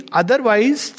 otherwise